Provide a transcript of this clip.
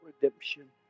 redemption